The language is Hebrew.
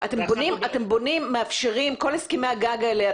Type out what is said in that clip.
כל הסכמי הגג האלה,